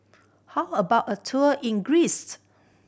how about a tour in Greece